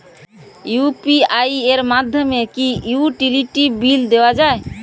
UPI এর মাধ্যমে কি ইউটিলিটি বিল দেওয়া যায়?